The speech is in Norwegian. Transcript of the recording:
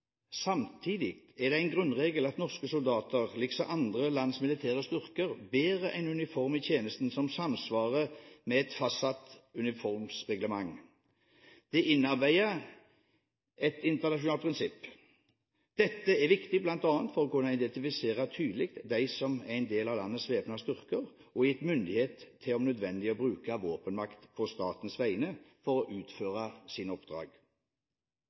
Samtidig er det en grunnregel at norske soldater, liksom andre lands militære styrker, bærer en uniform i tjenesten som samsvarer med et fastsatt uniformsreglement. Dette er et innarbeidet internasjonalt prinsipp. Dette er viktig bl.a. for å kunne identifisere tydelig dem som er en del av landets væpnede styrker og er gitt myndighet til om nødvendig å bruke våpenmakt på statens vegne for å utføre sine oppdrag.